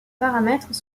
paramètres